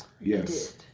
Yes